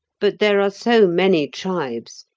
but there are so many tribes,